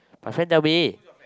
my friend tell me